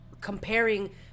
comparing